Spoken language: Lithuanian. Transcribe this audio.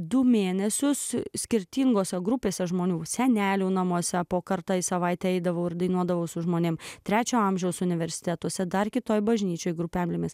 du mėnesius skirtingose grupėse žmonių senelių namuose po kartą į savaitę eidavau ir dainuodavau su žmonėms trečiojo amžiaus universitetuose dar kitoje bažnyčioje grupelėmis